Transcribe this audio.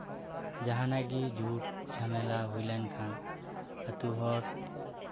ᱡᱟᱦᱟᱱᱟᱜ ᱜᱮ ᱡᱷᱩᱴ ᱡᱷᱟᱢᱮᱞᱟ ᱦᱩᱭ ᱞᱮᱱᱠᱷᱟᱱ ᱟᱹᱛᱳ ᱦᱚᱲ